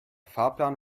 fahrplan